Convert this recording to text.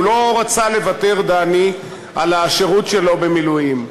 הוא לא רצה לוותר, דני, על השירות שלו במילואים.